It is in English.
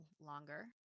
longer